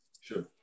sure